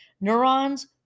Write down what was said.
Neurons